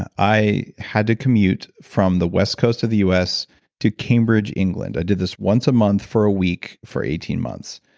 and i had to commute from the west coast of the us to cambridge, england. i did this once a month for a week for eighteen months.